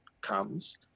comes